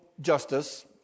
justice